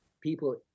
people